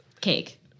cake